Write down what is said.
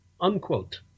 Unquote